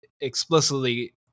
explicitly